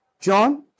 John